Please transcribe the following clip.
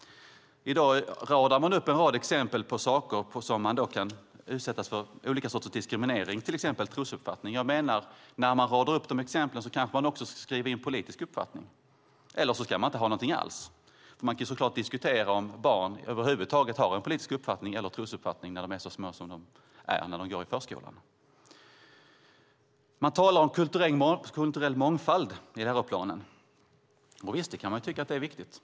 I dag radas en hel del exempel upp på sådant som man kan utsättas för: olika sorters diskriminering till exempel när det gäller trosuppfattning. När man radar upp sådana exempel ska man kanske också skriva in politisk uppfattning, eller också ska man inte ha med någonting alls. Man kan så klart diskutera om små barn i förskolan över huvud taget har en politisk uppfattning eller en trosuppfattning. I läroplanen talas det om kulturell mångfald. Visst kan man tycka att detta är viktigt.